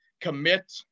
commit